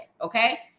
okay